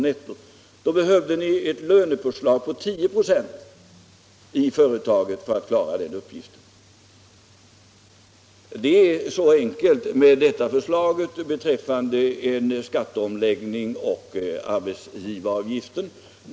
netto skulle företaget behöva ett lönepåslag på 10 96. Så enkelt är det med detta förslag beträffande skatteomläggning och arbetsgivaravgift.